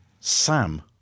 Sam